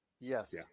Yes